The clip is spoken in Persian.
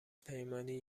پیمانی